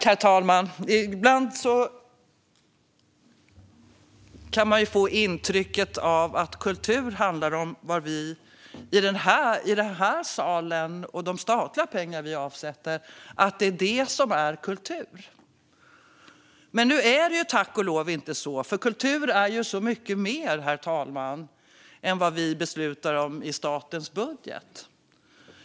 Herr talman! Ibland kan man få intrycket att kultur handlar om vad vi säger i den här salen och de statliga pengar vi avsätter. Men så är det ju tack och lov inte. Kultur är så mycket mer än vad vi beslutar om i statens budget.